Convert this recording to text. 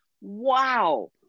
wow